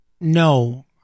No